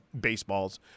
baseballs